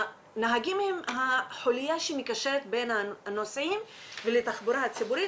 הנהגים הם החוליה שמקשרת בין הנוסעים בתחבורה הציבורית